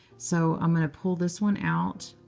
so i'm going to pull this one out.